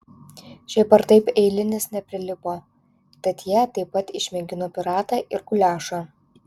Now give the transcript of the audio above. šiaip ar taip eilinis neprilipo tad jie taip pat išmėgino piratą ir guliašą